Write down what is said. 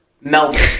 Melbourne